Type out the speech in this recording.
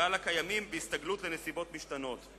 ועל הקיימים, בהסתגלות לנסיבות משתנות.